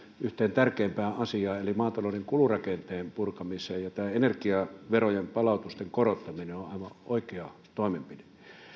yhteen tärkeimpään asiaan eli maatalouden kulurakenteen purkamiseen ja tämä energiaverojen palautusten korottaminen on on aivan oikea toimenpide